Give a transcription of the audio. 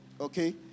Okay